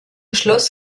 schloss